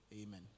Amen